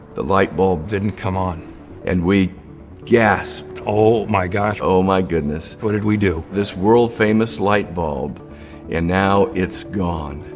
the light bulb didn't come on and we gasped. oh my gosh. oh my goodness. what did we do? this world-famous light bulb and now it's gone.